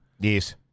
Yes